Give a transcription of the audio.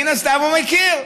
מן הסתם הוא מכיר.